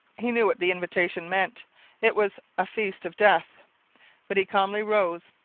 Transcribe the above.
he knew what the invitation meant it was a feast of death but he calmly rose,